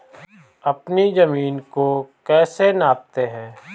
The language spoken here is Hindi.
अपनी जमीन को कैसे नापते हैं?